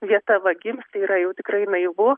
vieta vagims tai yra jau tikrai naivu